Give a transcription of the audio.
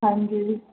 हांजी